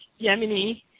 Yemeni